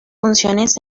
funciones